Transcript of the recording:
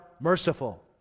merciful